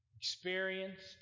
experienced